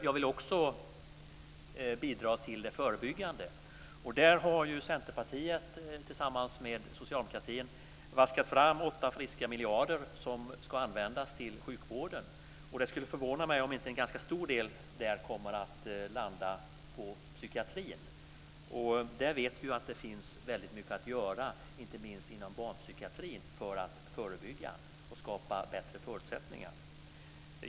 Jag vill också bidra till det förebyggande. Centerpartiet tillsammans med Socialdemokraterna har vaskat fram 8 friska miljarder som ska användas till sjukvården. Det skulle förvåna mig om inte en ganska stor del kommer att landa hos psykiatrin. Vi vet att det finns väldigt mycket att göra, inte minst inom barnpsykiatrin, för att förebygga och skapa bättre förutsättningar.